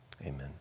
amen